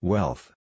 Wealth